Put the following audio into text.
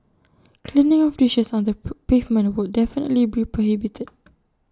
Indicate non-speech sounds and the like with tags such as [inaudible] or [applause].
cleaning of dishes on the [unintelligible] pavement definitely be prohibited